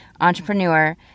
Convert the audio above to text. entrepreneur